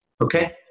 okay